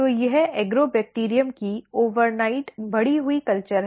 तो यह एग्रोबैक्टीरियम की रातोंरात बढ़ी हुई कल्चर है